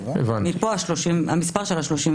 ומפה המספר של ה-37,000.